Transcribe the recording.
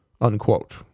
Unquote